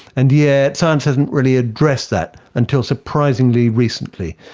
and yet science hasn't really addressed that until surprisingly recently.